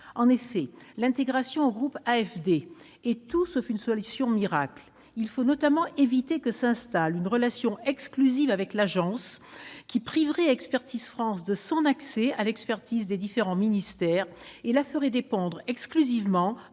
En effet, l'intégration au groupe AFD est tout sauf une solution miracle : il faut notamment éviter que ne s'installe une relation exclusive avec l'Agence, qui priverait Expertise France de son accès à l'expertise des différents ministères et la ferait dépendre d'un